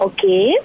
Okay